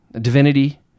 divinity